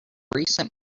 recent